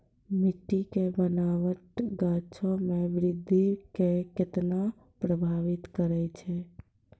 मट्टी के बनावट गाछो के वृद्धि के केना प्रभावित करै छै?